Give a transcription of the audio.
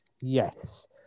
Yes